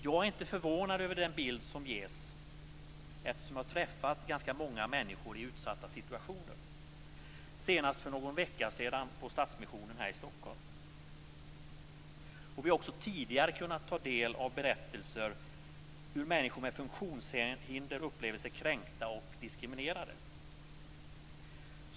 Jag är inte förvånad över den bild som ges, eftersom jag har träffat ganska många människor i utsatta situationer - senast för någon vecka sedan på Stadsmissionen här i Stockholm. Och vi har tidigare kunnat ta del av berättelser om hur människor med funktionshinder upplever sig kränkta och diskriminerade.